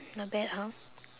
not bad hor